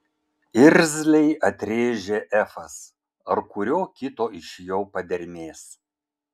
irzliai atrėžė efas ar kurio kito iš jo padermės